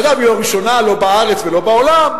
אגב, היא הראשונה, לא בארץ ולא בעולם,